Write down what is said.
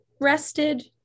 rested